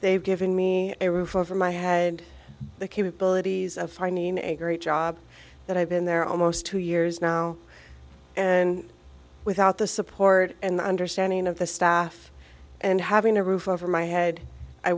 they've given me a roof over my had the capabilities of finding a great job that i've been there almost two years now and without the support and understanding of the staff and having a roof over my head i